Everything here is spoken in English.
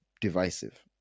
Divisive